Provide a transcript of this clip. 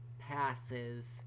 passes